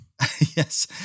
yes